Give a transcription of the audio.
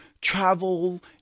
travel